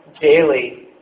daily